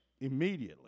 immediately